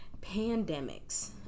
pandemics